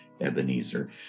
Ebenezer